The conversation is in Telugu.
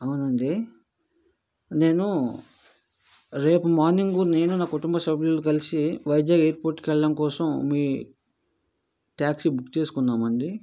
అవునండి నేను రేపు మార్నింగు నేను నా కుటుంబ సభ్యులు కలిసి వైజాగ్ ఎయిర్ పోర్ట్ వెళ్ళడం కోసం మీ టాక్సీ బుక్ చేసుకున్నాం అండి